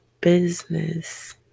business